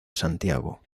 santiago